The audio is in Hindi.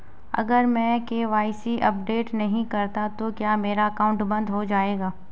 अगर मैं के.वाई.सी अपडेट नहीं करता तो क्या मेरा अकाउंट बंद हो जाएगा?